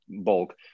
bulk